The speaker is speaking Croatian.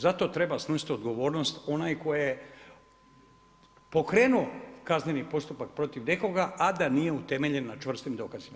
Za to treba snositi odgovornost onaj tko je pokrenuo kazneni postupak protiv nekoga, a da nije utemeljen na čvrstim dokazima.